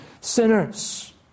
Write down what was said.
sinners